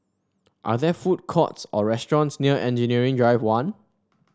are there food courts or restaurants near Engineering Drive One